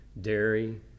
dairy